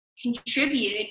contribute